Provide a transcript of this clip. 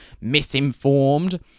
misinformed